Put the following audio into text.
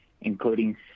including